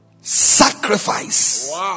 sacrifice